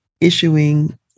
issuing